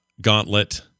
Gauntlet